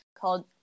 called